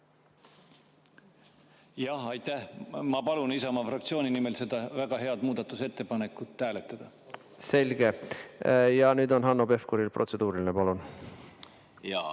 Jaa, aitäh! Ma palun Isamaa fraktsiooni nimel seda väga head muudatusettepanekut hääletada. Selge. Ja nüüd on Hanno Pevkuril protseduuriline. Palun!